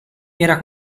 era